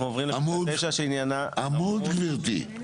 שעניינה --- עמוד, גבירתי.